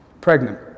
pregnant